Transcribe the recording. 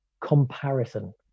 comparison